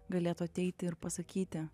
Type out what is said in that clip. galėtų ateiti ir pasakyti